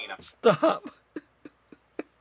stop